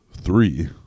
three